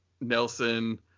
Nelson